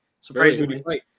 Surprisingly